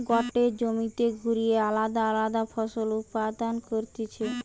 গটে জমিতে ঘুরিয়ে আলদা আলদা ফসল উৎপাদন করতিছে